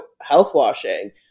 health-washing